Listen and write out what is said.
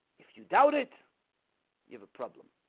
if you doubt it you have a problem